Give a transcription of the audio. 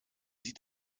sieht